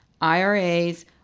IRAs